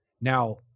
Now